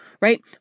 right